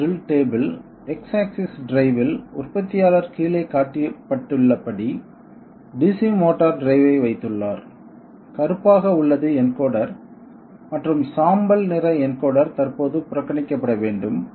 CNC drill table X axis டிரைவில் உற்பத்தியாளர் கீழே காட்டப்பட்டுள்ளபடி DC மோட்டார் டிரைவை வைத்துள்ளார் கருப்பு ஆக உள்ளது என்கோடர் மற்றும் சாம்பல் நிற என்கோடர் தற்போது புறக்கணிக்கப்பட வேண்டும்